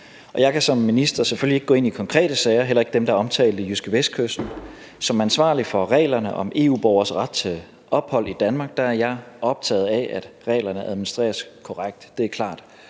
Jeg kan som minister selvfølgelig ikke gå ind i konkrete sager, heller ikke dem, der er omtalt i JydskeVestkysten. Som ansvarlig for reglerne om EU-borgeres ret til ophold i Danmark er jeg optaget af, at reglerne administreres korrekt.